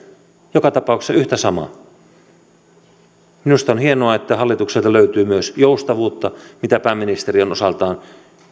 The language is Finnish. joka tapauksessa yhtä samaa minusta on hienoa että hallitukselta löytyy myös joustavuutta mitä pääministeri on osaltaan